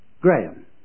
Graham